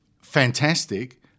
fantastic